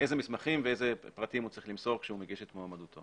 איזה מסמכים ואיזה פרטים הוא צריך למסור כשהוא מגיש את מועמדותו.